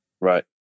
Right